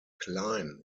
klein